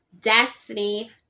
Destiny